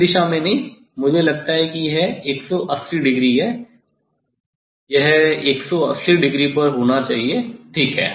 इस दिशा में नहीं मुझे लगता है कि यह 180 डिग्री है यह 180 डिग्री पर होना चाहिए ठीक है